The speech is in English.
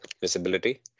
visibility